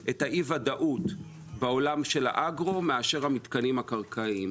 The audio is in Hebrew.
את אי הוודאות בעולם של האגרו מאשר את המתקנים הקרקעיים.